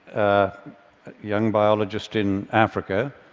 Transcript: a young biologist in africa,